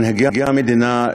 מנהיגי המדינה,